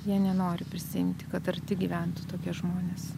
jie nenori prisiimti kad arti gyventų tokie žmonės